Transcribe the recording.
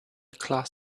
class